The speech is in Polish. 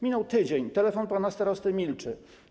Minął tydzień, telefon pana starosty milczy.